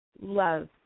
Love